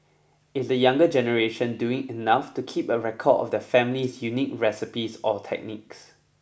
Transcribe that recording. is the younger generation doing enough to keep a record of their family's unique recipes or techniques